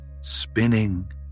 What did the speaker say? spinning